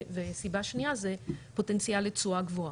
וסיבה שניה זה פוטנציאל לתשואה גבוהה.